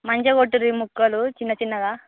మంచిగా కొట్టుర్రి ముక్కలు చిన్న చిన్నగా